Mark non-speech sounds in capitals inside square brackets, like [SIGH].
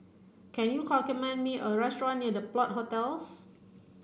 can you [UNINTELLIGIBLE] me a restaurant near The Plot Hostels